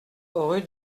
rue